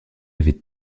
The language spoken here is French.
avait